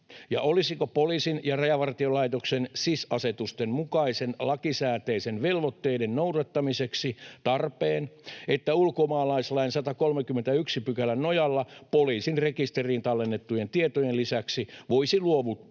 ja olisiko poliisin ja Rajavartiolaitoksen SIS-asetusten mukaisten lakisääteisten velvoitteiden noudattamiseksi tarpeen, että ulkomaalaislain 131 §:n nojalla poliisin rekisteriin tallennettujen tietojen lisäksi voisi luovuttaa